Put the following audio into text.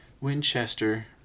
Winchester